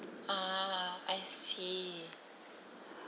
ah I see